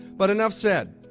but enough said.